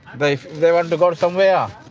they they want to go somewhere,